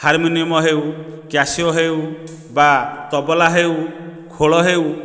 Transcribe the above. harmonium ହେଉ Casio ହେଉ ବା ତବଲା ହେଉ ଖୋଳ ହେଉ